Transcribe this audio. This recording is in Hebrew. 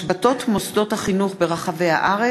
התשע"ד 2013,